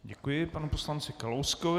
Děkuji panu poslanci Kalouskovi.